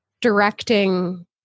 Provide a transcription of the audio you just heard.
directing